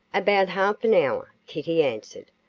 about half an hour, kittie answered.